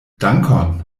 dankon